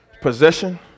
possession